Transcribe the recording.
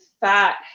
fat